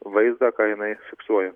vaizdą ką jinai fiksuoja